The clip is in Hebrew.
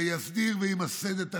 זה יסדיר וימסד את הרכיבה,